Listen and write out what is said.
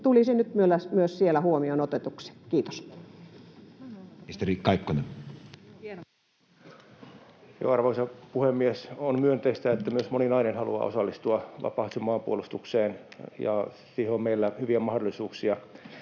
tulisi myös siellä huomioon otetuksi? — Kiitos. Arvoisa puhemies! On myönteistä, että myös moni nainen haluaa osallistua vapaaehtoisesti maanpuolustukseen. Siihen on meillä hyviä mahdollisuuksia